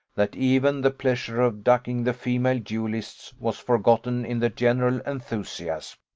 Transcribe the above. that even the pleasure of ducking the female duellists was forgotten in the general enthusiasm.